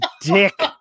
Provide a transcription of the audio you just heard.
dick